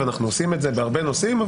ואנחנו עושים את זה בהרבה נושאים,